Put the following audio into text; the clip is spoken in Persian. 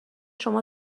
شما